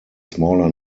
smaller